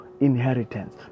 inheritance